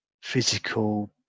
physical